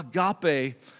agape